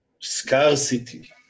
scarcity